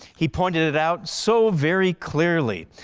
he pointed it out so very clearly.